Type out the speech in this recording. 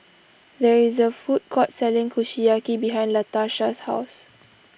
there is a food court selling Kushiyaki behind Latarsha's house